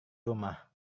rumah